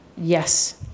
Yes